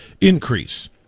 increase